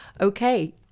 Okay